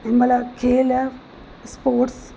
हिनमहिल खेल स्पोट्स